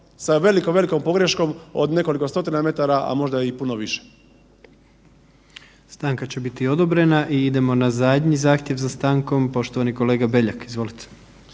sa velikom, velikom pogreškom od nekoliko 100-tina metara, a možda i puno više. **Jandroković, Gordan (HDZ)** Stanka će biti odobrena i idemo na zadnji zahtjev za stankom, poštovani kolega Beljak. Izvolite.